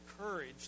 courage